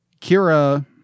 Kira